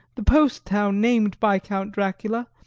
the post town named by count dracula,